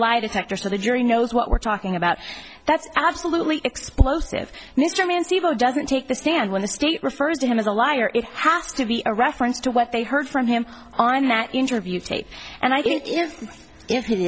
lie detector so the jury knows what we're talking about that's absolutely explosive mr mims evil doesn't take the stand when the state refers to him as a liar it has to be a reference to what they heard from him on that interview tape and i